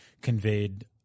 conveyed